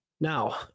Now